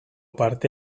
parte